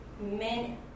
men